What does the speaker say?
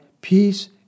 peace